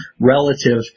relative